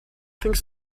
things